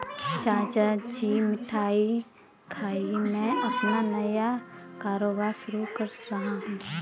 चाचा जी मिठाई खाइए मैं अपना नया कारोबार शुरू कर रहा हूं